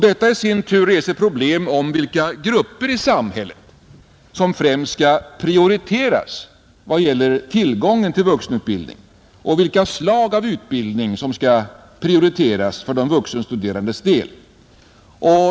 Detta i sin tur reser problem om vilka grupper i samhället som främst skall prioriteras vad gäller tillgången till vuxenutbildning och vilka slag av utbildning som skall prioriteras för de vuxenstuderandes del.